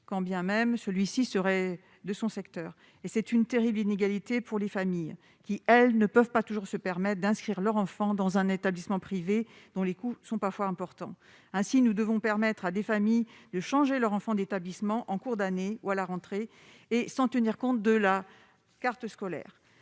quand bien même celui-ci serait de son secteur et c'est une terrible inégalité pour les familles qui elles ne peuvent pas toujours se permettent d'inscrire leur enfant dans un établissement privé dont les coûts sont parfois importants, ainsi nous devons permettre à des familles de changer leur enfant d'établissement en cours d'année ou à la rentrée, et sans tenir compte de la carte scolaire,